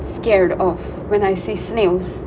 scared of when I see snails